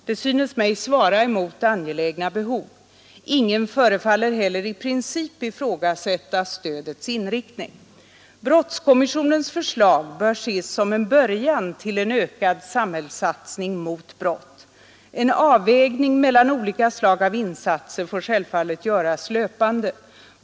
De synes mig svara mot angelägna behov. Ingen förefaller heller i princip ifrågasätta stödets inriktning. Brottskommissionens förslag bör ses som en början till en ökad samhällssatsning mot brott. En avvägning mellan olika slag av insatser får självfallet göras löpande.